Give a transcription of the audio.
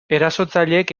erasotzaileek